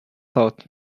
thought